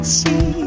see